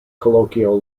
colloquial